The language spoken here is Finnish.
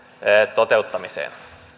toteuttamiseen